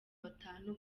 batanu